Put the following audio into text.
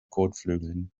kotflügeln